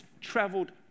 traveled